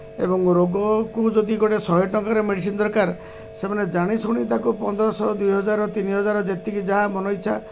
ଏବଂ ରୋଗକୁ ଯଦି ଗୋଟେ ଶହେ ଟଙ୍କାରେ ମେଡ଼ିସିନ୍ ଦରକାର ସେମାନେ ଜାଣି ଶୁଣି ତାକୁ ପନ୍ଦରଶହ ଦୁଇ ହଜାର ତିନି ହଜାର ଯେତିକି ଯାହା ମନ ଇଚ୍ଛା